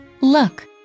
Look